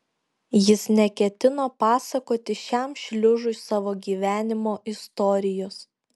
jis neketino pasakoti šiam šliužui savo gyvenimo istorijos